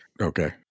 okay